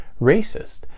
racist